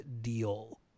deal